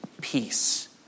peace